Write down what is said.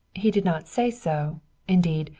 he did not say so indeed,